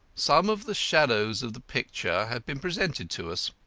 some of the shadows of the picture have been presented to us.